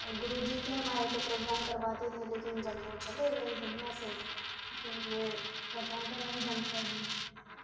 گرو جی تھے ہمارے تو پروگرام کرواتے تھے لیکن جب وہ چلے گیے دنیا سے تو میں پروگرام کرنا بھی بند کر دی